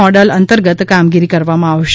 model અંતર્ગત કામગીરી કરવામાં આવશે